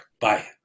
Bye